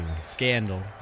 Scandal